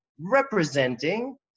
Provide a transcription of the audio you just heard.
representing